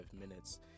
minutes